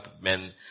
men